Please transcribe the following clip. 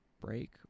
break